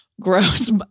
gross